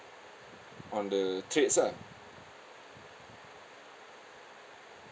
on the trades ah